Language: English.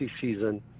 season